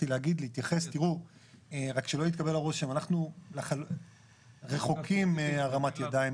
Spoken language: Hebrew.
אנחנו רחוקים מהרמת ידיים.